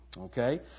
okay